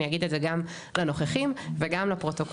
אני אגיד את זה גם לנוכחים וגם לפרוטוקול.